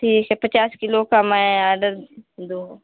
ठीक है पचास किलो का मैं ऑर्डर दूँ